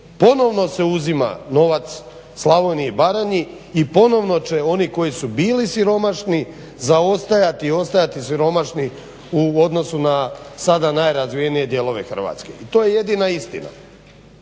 ponovno se uzima novac Slavoniji i Baranji i ponovno će oni koji su bili siromašni zaostajati i ostajati siromašni u odnosu na sada najrazvijenije dijelove Hrvatske i to je jedina istina.